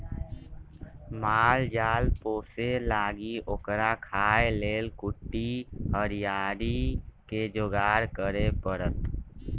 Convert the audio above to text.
माल जाल पोशे लागी ओकरा खाय् लेल कुट्टी हरियरी कें जोगार करे परत